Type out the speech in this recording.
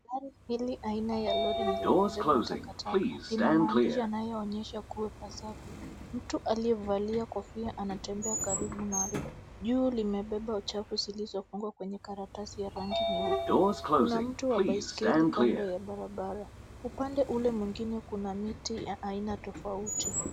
Gari hili aina ya lori ni la kubeba takataka. Lina maandishi yanayoonyesha kuwa ipasavyo. Mtu aliyevalia kofia, anatembea karibu nalo. Juu limebeba uchafu zilizofungwa kwenye karatasi ya rangi nyeupe. Kuna mtu wa baiskeli kando ya barabara, upande ule mwingine kuna miti ya aina tofauti.